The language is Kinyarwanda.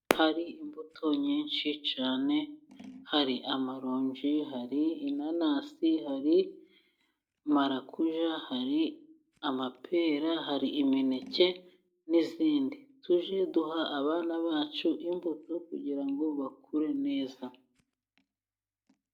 Hari imbuto nyinshi cyane, hari amaronji, hari inanasi, hari marakuja, hari amapera, hari imineke n'izindi tujye duha abana bacu imbuto kugira ngo bakure neza.